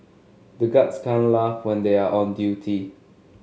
the guards can't laugh when they are on duty